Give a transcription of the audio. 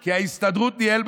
כי ההסתדרות ניהלה,